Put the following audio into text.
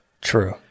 true